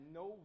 no